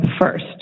first